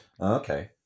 Okay